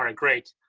um great.